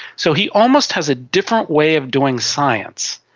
so he almost has a different way of doing science,